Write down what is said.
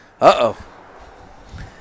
Uh-oh